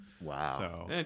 Wow